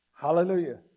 Hallelujah